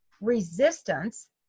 resistance